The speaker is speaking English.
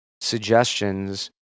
suggestions